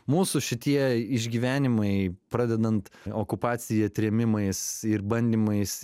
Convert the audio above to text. mūsų šitie išgyvenimai pradedant okupacija trėmimais ir bandymais